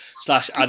slash